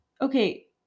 Okay